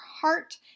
heart